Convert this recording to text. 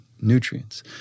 nutrients